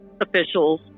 officials